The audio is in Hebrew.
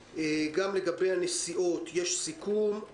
אנחנו רואים שיש עלייה הדרגתית בהשתתפות בלימודים,